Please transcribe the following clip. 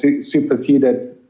superseded